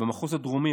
במחוז הדרומי,